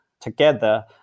together